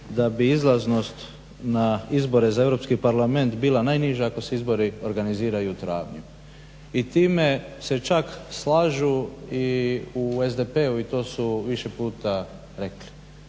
da bi izlaznost za EU parlament bila najniža ako se izbori organiziraju u travnju. I time se čak slažu u SDP-u i to su više puta rekli.